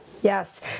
Yes